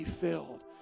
filled